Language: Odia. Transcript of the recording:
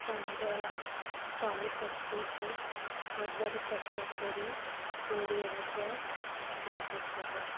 ପନ୍ଦର ଶହେ ପଚିଶ ହଜାର ପଞ୍ଚସ୍ତୋରୀ କୋଡ଼ିଏ ହଜାର ଛଅଷଠି ହଜାର